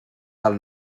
del